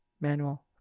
manual